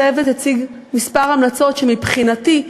הצוות הציג כמה המלצות שמבחינתי,